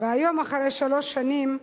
והיום, אחרי שלוש שנים,